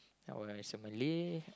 or as a Malay